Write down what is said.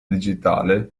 digitale